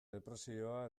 depresioa